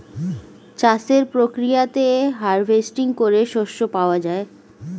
চাষের প্রক্রিয়াতে হার্ভেস্টিং করে শস্য পাওয়া যায়